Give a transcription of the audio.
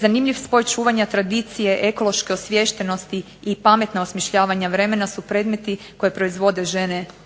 Zanimljiv spoj čuvanja tradicije ekonomske osviještenosti i pametna osmišljavanja vremena su predmeti koje proizvode žene na